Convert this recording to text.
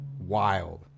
wild